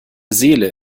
seele